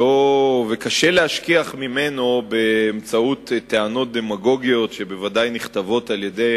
וקשה להשכיח ממנו באמצעות טענות דמגוגיות שבוודאי נכתבות על-ידי